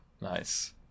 nice